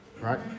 right